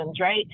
Right